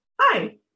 Hi